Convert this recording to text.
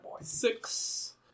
six